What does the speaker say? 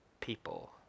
people